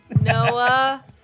Noah